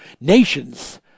nations